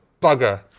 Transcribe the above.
Bugger